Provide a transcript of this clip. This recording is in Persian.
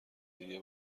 دیگه